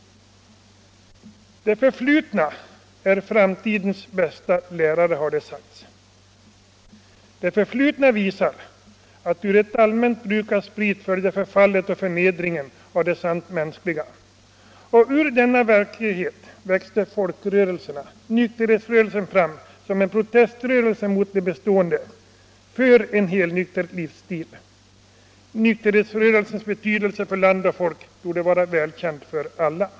Det förflutna är framtidens bästa lärare, har det sagts. Det förflutna visar, att ur ett allmänt bruk av sprit följde förfallet och förnedringen av det sant mänskliga. Ur denna verklighet växte folkrörelserna — nyk terhetsrörelsen — fram som en proteströrelse mot det bestående, för en helnykter livsstil. Nykterhetsrörelsens betydelse för land och folk torde vara välkänd för alla.